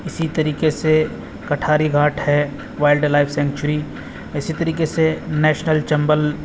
اسی طریقے سے کٹھاری گھاٹ ہے وائلڈ لائف سینچری اسی طریقے سے نیشنل چمبل